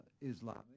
Islam